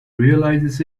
realizes